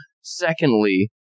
Secondly